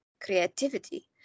creativity